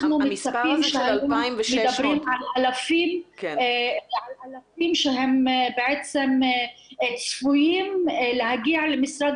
אנחנו מצפים שהיום מדברים על אלפים שהם בעצם צפויים להגיע למשרד